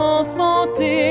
enfanté